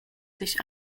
sich